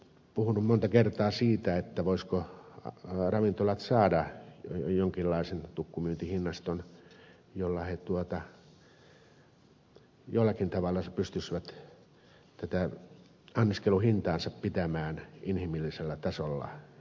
olen puhunut monta kertaa siitä voisivatko ravintolat saada jonkinlaisen tukkumyyntihinnaston jolla ne jollakin tavalla pystyisivät tätä anniskeluhintaansa pitämään inhimillisellä tasolla